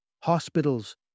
Hospitals